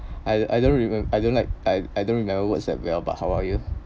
I I don't remember I don't like I I don't remember words that well but how are you